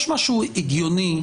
יש משהו הגיוני,